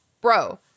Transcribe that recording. bro